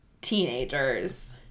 teenagers